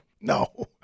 no